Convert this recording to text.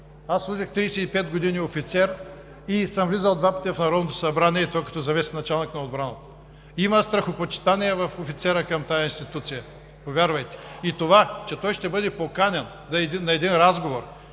Аз служих 35 години офицер и съм влизал два пъти в Народното събрание, и то като заместник-началник на отбраната. Има страхопочитание в офицера към тази институция. Повярвайте! И това, че той ще бъде поканен на един разговор,